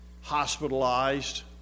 hospitalized